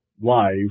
life